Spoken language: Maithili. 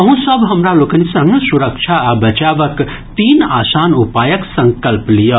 अहूँ सभ हमरा लोकनि संग सुरक्षा आ बचावक तीन आसान उपायक संकल्प लियऽ